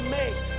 make